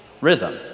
rhythm